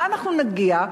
למה נגיע?